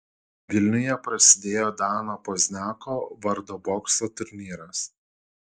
vilniuje prasidėjo dano pozniako vardo bokso turnyras